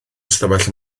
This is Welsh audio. ystafell